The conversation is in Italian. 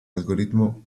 algoritmo